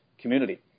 community